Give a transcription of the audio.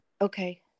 okay